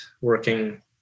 working